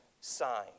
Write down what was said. sign